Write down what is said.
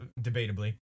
debatably